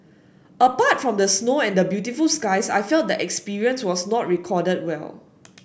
apart from the snow and the beautiful skies I felt the experience was not recorded well